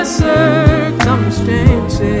circumstances